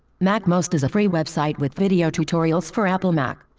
macmost is a free website with videos tutorials for apple mac.